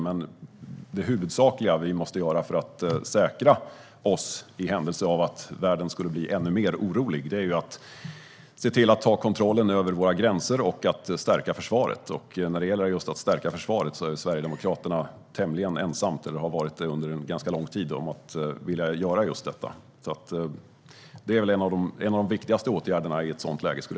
Men det huvudsakliga som vi måste göra för att säkra oss, i händelse av att världen skulle bli ännu mer orolig, är att se till att ta kontroll över våra gränser och att stärka försvaret. När det gäller att stärka försvaret har Sverigedemokraterna under ganska lång tid varit tämligen ensamt bland partierna om att vilja göra detta, som jag skulle vilja säga är en av de viktigaste åtgärderna i ett sådant läge.